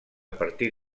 partir